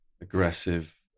aggressive